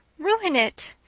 ruin it.